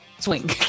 swing